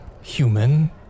Human